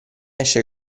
esce